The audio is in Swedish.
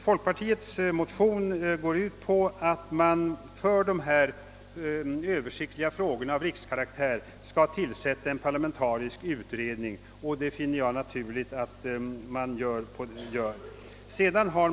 Folkpartiets motion går ut på att man för de översiktliga frågorna av riks karaktär skall tillsätta en parlamentarisk utredning. Vi finner det naturligt att man gör så.